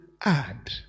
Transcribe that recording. add